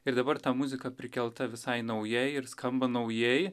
ir dabar ta muzika prikelta visai naujai ir skamba naujai